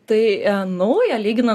tai nauja lygina